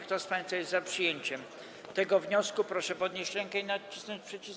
Kto z państwa jest za przyjęciem tego wniosku, proszę podnieść rękę i nacisnąć przycisk.